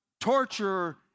torture